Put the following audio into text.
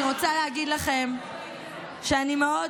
לכן, אני רוצה להגיד לכם שאני מאוד